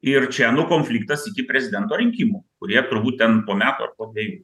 ir čia nu konfliktas iki prezidento rinkimų kurie turbūt ten po metų ar po dvejų